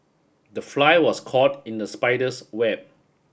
the fly was caught in the spider's web